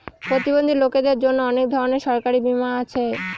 প্রতিবন্ধী লোকদের জন্য অনেক ধরনের সরকারি বীমা আছে